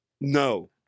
No